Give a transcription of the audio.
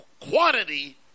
quantity